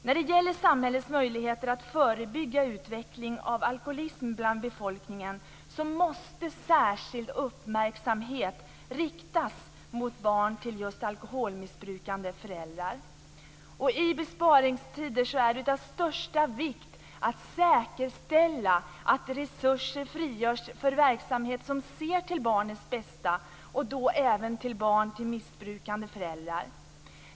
När det gäller samhällets möjligheter att förebygga utveckling av alkoholism bland befolkningen måste särskild uppmärksamhet riktas mot barn till just alkoholmissbrukande föräldrar. I besparingstider är det av största vikt att säkerställa att resurser frigörs för verksamhet som ser till barnens bästa, och då även till barn till missbrukande föräldrar.